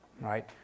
right